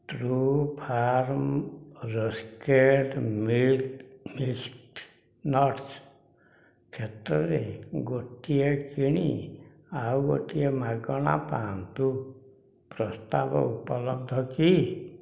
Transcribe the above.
Truefarm roasted mixed nuts କ୍ଷେତ୍ରରେ ଗୋଟିଏ କିଣି ଆଉ ଗୋଟିଏ ମାଗଣା ପାଆନ୍ତୁ ପ୍ରସ୍ତାବ ଉପଲବ୍ଧ କି